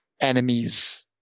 enemies